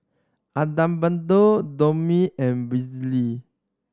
Adalberto Tomie and